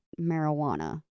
marijuana